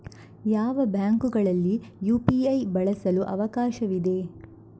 ಯಾವ ಬ್ಯಾಂಕುಗಳಲ್ಲಿ ಯು.ಪಿ.ಐ ಬಳಸಲು ಅವಕಾಶವಿದೆ?